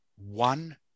one